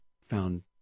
found